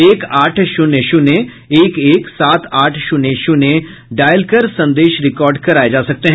एक आठ शून्य शून्य एक एक सात आठ शून्य शून्य डायल कर संदेश रिकॉर्ड कराए जा सकते हैं